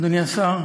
אדוני השר,